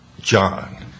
John